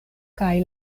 kaj